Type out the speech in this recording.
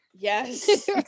Yes